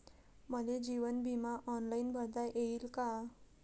मले जीवन बिमा ऑनलाईन भरता येईन का?